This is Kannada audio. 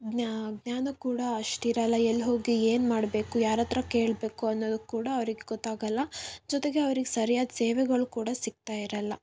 ಜ್ಞಾ ಜ್ಞಾನ ಕೂಡ ಅಷ್ಟಿರೊಲ್ಲ ಎಲ್ಲಿ ಹೋಗಿ ಏನು ಮಾಡಬೇಕು ಯಾರ ಹತ್ರ ಕೇಳಬೇಕು ಅನ್ನೋದು ಕೂಡ ಅವ್ರಿಗೆ ಗೊತ್ತಾಗೊಲ್ಲ ಜೊತೆಗೆ ಅವ್ರಿಗೆ ಸರಿಯಾದ ಸೇವೆಗಳು ಕೂಡ ಸಿಗ್ತಾ ಇರಲ್ಲ